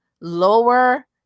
lower